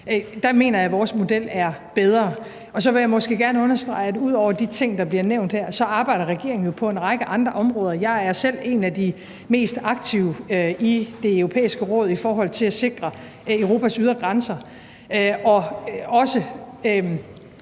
mener jeg, at vores model er bedre. Og så vil jeg måske gerne understrege, at ud over de ting, der bliver nævnt her, så arbejder regeringen jo på en række andre områder. Jeg er selv en af de mest aktive i Det Europæiske Råd i forhold til at sikre Europas ydre grænser og også